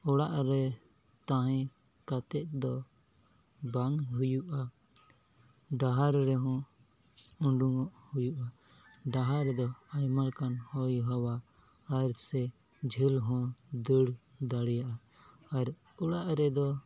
ᱚᱲᱟᱜ ᱨᱮ ᱛᱟᱦᱮᱸ ᱠᱟᱛᱮᱫ ᱫᱚ ᱵᱟᱝ ᱦᱩᱭᱩᱜᱼᱟ ᱰᱟᱦᱟᱨ ᱨᱮ ᱦᱚᱸ ᱚᱰᱳᱜᱚᱜ ᱦᱩᱭᱩᱜᱼᱟ ᱰᱟᱦᱟᱨ ᱨᱮᱫᱚ ᱟᱭᱢᱟ ᱞᱮᱠᱟᱱ ᱦᱚᱭ ᱦᱟᱣᱟ ᱟᱨ ᱥᱮ ᱡᱷᱟᱹᱞ ᱦᱚᱸ ᱫᱟᱹᱲ ᱫᱟᱲᱮᱭᱟᱜᱼᱟ ᱟᱨ ᱚᱲᱟᱜ ᱨᱮᱫᱚ